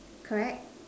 correct